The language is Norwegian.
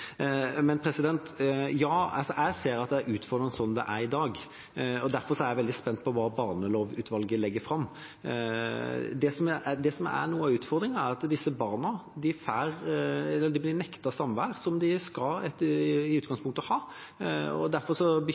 ja, jeg ser at det er utfordrende slik det er i dag, og derfor er jeg veldig spent på hva barnelovutvalget legger fram. Det som er noe av utfordringen, er at disse barna blir nektet samvær som de i utgangspunktet skal ha, og derfor bekymrer det meg. Så